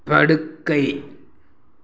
படுக்கை